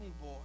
boy